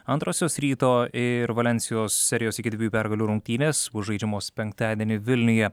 antrosios ryto ir valensijos serijos iki dviejų pergalių rungtynės bus žaidžiamos penktadienį vilniuje